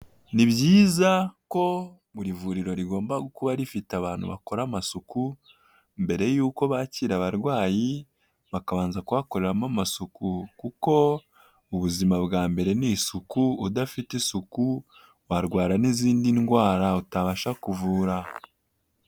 Ni byiza ko buri vuriro rigomba kuba rifite abantu bakora amasuku mbere y'uko bakira abarwayi bakabanza kuhakoreramo amasuku kuko ubuzima bwa mbere ni isuku udafite isuku warwara n'izindi ndwara utabasha kuvura.